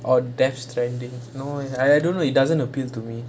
oh deaths stranding no eh it's doesn't appeal to me